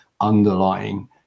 underlying